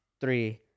three